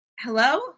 hello